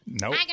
Nope